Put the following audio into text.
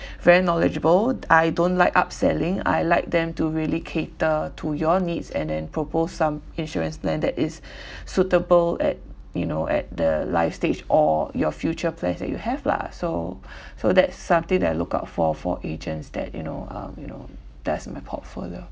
very knowledgeable I don't like upselling I like them to really cater to your needs and then propose some insurance plan that is suitable at you know at the life stage or your future plans that you have lah so so that's something that I look out for for agents that you know um you know that's my portfolio